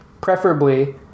preferably